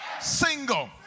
single